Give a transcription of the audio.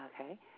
Okay